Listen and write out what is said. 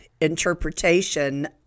interpretation